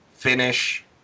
finish